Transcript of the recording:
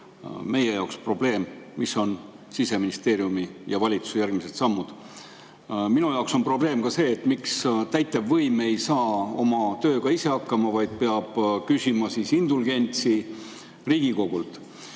meie jaoks probleem see, mis on Siseministeeriumi ja valitsuse järgmised sammud. Minu jaoks on probleem ka see, miks täitevvõim ei saa oma tööga ise hakkama, vaid peab küsima indulgentsi Riigikogult.